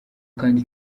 kandi